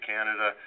Canada